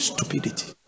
Stupidity